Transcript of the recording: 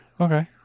okay